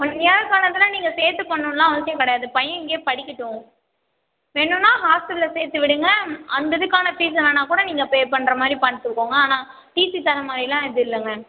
one இயர்க்கானதுலாம் நீங்கள் சேர்த்து பண்ணுன்லாம் அவசியம் கிடையாது பையன் இங்கேயே படிக்கட்டும் வேணுன்னா ஹாஸ்ட்டல்ல சேர்த்து விடுங்க அந்த இதுக்கான ஃபீஸ் வேணாக் கூட நீங்கள் பே பண்ணுற மாதிரி பார்த்துக்கோங்க ஆன டிசி தரமாதிரிலாம் இது இல்லைங்க